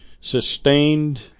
sustained